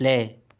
play